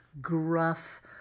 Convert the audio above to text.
gruff